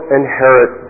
inherit